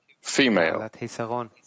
female